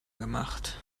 gemacht